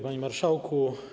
Panie Marszałku!